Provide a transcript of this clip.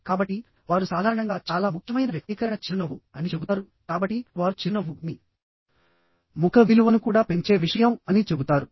కాబట్టివారు సాధారణంగా చాలా ముఖ్యమైన వ్యక్తీకరణ చిరునవ్వు అని చెబుతారుకాబట్టి వారు చిరునవ్వు మీ ముఖ విలువను కూడా పెంచే విషయం అని చెబుతారు